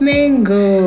Mango